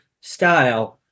style